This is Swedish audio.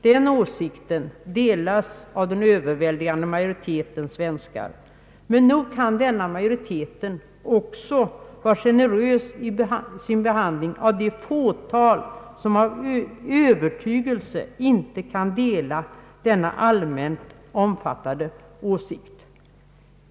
Den åsikten delas av en överväldigande majoritet svenskar, men nog kan denna majoritet också vara generös vid sin behandling av det fåtal som av övertygelse inte kan dela denna allmänt omfattade åsikt.